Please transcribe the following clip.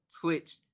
Twitch